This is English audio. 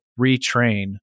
retrain